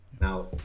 Now